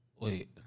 wait